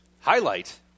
Highlight